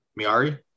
Miari